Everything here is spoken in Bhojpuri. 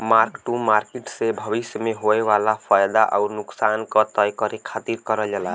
मार्क टू मार्किट से भविष्य में होये वाला फयदा आउर नुकसान क तय करे खातिर करल जाला